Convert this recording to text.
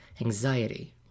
anxiety